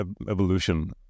evolution